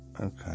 Okay